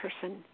person